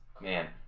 man